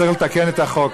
צריך לתקן את החוק,